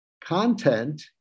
content